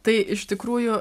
tai iš tikrųjų